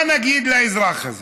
מה נגיד לאזרח הזה?